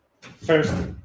First